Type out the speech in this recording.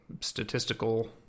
statistical